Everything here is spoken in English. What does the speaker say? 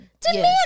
Demand